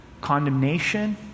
condemnation